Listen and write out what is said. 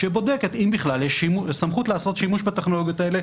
שבודקת אם בכלל יש סמכות לעשות שימוש בטכנולוגיות האלה,